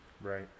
Right